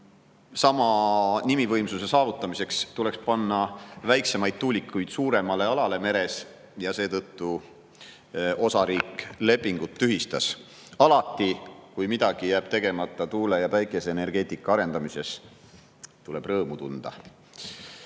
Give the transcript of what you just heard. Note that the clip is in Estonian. sama nimivõimsuse saavutamiseks tuleks panna väiksemaid tuulikuid suuremale alale meres. Seetõttu osariik lepingud tühistas. Alati, kui midagi jääb tegemata tuule‑ ja päikeseenergeetika arendamises, tuleb rõõmu tunda.